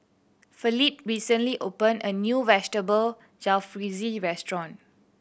Felipe recently opened a new Vegetable Jalfrezi Restaurant